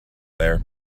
there